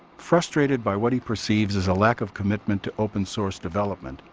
frustrated by what he perceives as a lack of commitment to open-source development,